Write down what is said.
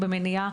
במניעה,